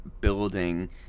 building